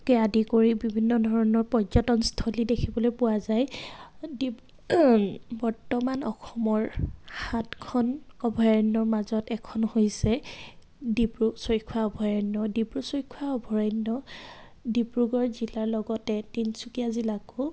কে আদি কৰি বিভিন্ন ধৰণৰ পৰ্যটনস্থলী দেখিবলৈ পোৱা যায় বৰ্তমান অসমৰ সাতখন অভয়াৰণ্যৰ মাজত এখন হৈছে ডিব্ৰুচৈখোৱা অভয়াৰণ্য ডিব্ৰুচৈখোৱা অভয়াৰণ্য ডিব্ৰুগড় জিলাৰ লগতে তিনিচুকীয়া জিলাকো